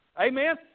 Amen